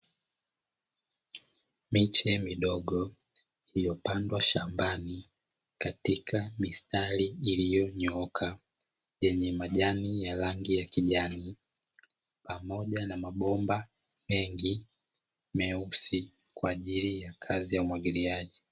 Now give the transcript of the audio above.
Miche midogo iliyopandwa shambani katika mistari iliyonyooka yenye majani ya rangi ya kijani pamoja na mabomba mengi myeusi kwa ajili ya kazi ya umwagiliaji.